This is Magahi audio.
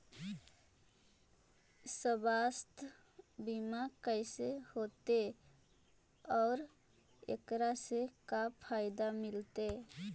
सवासथ बिमा कैसे होतै, और एकरा से का फायदा मिलतै?